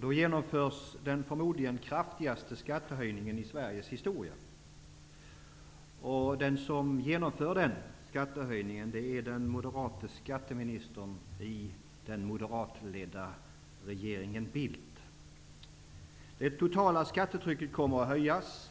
Då genomförs den förmodligen kraftigaste skattehöjningen i Sveriges historia. Och den som genomför denna höjning är den moderate skatteministern i den moderatledda regeringen Bildt! Det totala skattetrycket kommer att höjas.